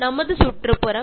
നമ്മുടെ ചുറ്റുപാടാണ്